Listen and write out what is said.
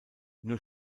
nur